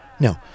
No